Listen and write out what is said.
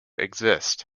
exist